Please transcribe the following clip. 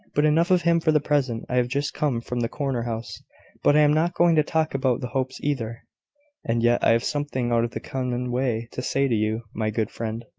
but enough of him for the present. i have just come from the corner-house but i am not going to talk about the hopes either and yet i have something out of the common way to say to you, my good friend.